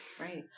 Right